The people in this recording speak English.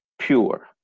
pure